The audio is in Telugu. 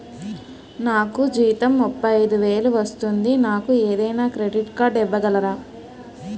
నాకు జీతం ముప్పై ఐదు వేలు వస్తుంది నాకు ఏదైనా క్రెడిట్ కార్డ్ ఇవ్వగలరా?